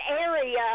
area